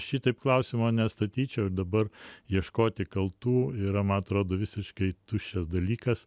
šitaip klausimo nestatyčiau ir dabar ieškoti kaltų yra man atrodo visiškai tuščias dalykas